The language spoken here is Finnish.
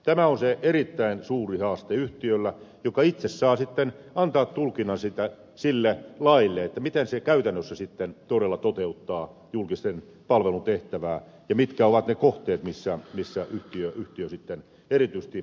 tämä on se erittäin suuri haaste yhtiöllä joka itse saa sitten antaa tulkinnan sille laille miten se käytännössä sitten todella toteuttaa julkisen palvelun tehtävää ja mitkä ovat ne kohteet joissa yhtiö sitten erityisesti toimii